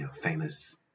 famous